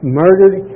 murdered